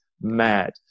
mad